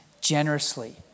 generously